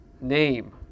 name